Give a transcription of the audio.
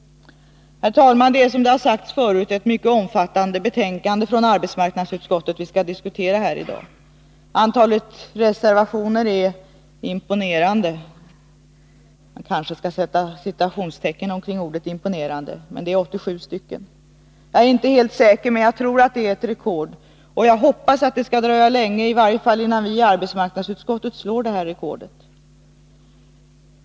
Herr talman! Det är, som det har sagts förut, ett mycket omfattande betänkande från arbetsmarknadsutskottet som vi skall diskutera här i dag. Antalet reservationer är också ”imponerande” — 87 stycken. Jag är inte helt säker, men jag tror att det är ett rekord. Jag hoppas att det skall dröja länge i varje fall innan vi i arbetsmarknadsutskottet slår det rekordet.